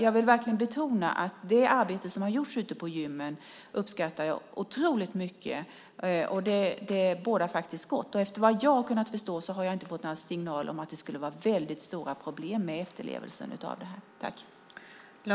Jag vill verkligen betona att jag uppskattar det arbete som har gjorts ute på gymmen otroligt mycket. Det bådar gott. Efter vad jag har kunnat förstå har jag inte fått några signaler om att det skulle vara så väldigt stora problem med efterlevnaden av detta.